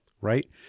right